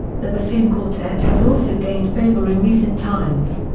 the bassoon quartet has also gained favor in recent times.